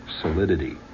solidity